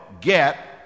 get